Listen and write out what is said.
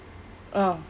oh